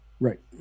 Right